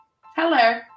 Hello